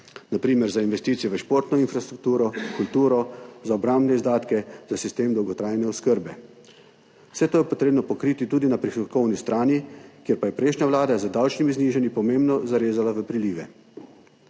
na primer za investicijo v športno infrastrukturo, kulturo, za obrambne izdatke, za sistem dolgotrajne oskrbe. Vse to je potrebno pokriti tudi na prihodkovni strani, kjer pa je prejšnja vlada z davčnimi znižanji pomembno zarezala v prilive.